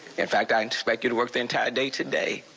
in fact i and expect you to work the entire day today.